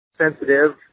sensitive